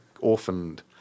orphaned